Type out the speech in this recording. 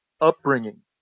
upbringing